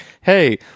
hey